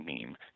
meme